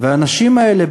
והאנשים האלה,